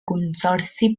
consorci